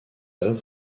œuvre